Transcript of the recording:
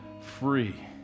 free